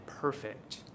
perfect